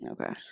okay